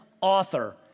author